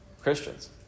Christians